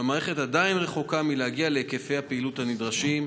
והמערכת עדיין רחוקה מלהגיע להיקפי הפעילות הנדרשים,